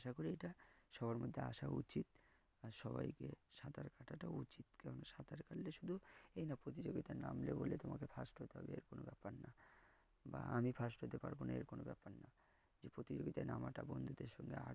আশা করি এটা সবার মধ্যে আসা উচিত আর সবাইকে সাঁতার কাটাটা উচিত কেননা সাঁতার কাটলে শুধু এই না প্রতিযোগিতায় নামবে বলে তোমাকে ফার্স্ট হতে হবে এর কোনো ব্যাপার না বা আমি ফার্স্ট হতে পারবো না এর কোনো ব্যাপার না যে প্রতিযোগিতায় নামাটা বন্ধুদের সঙ্গে আড্ডা